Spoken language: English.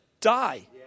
die